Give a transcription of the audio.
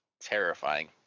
terrifying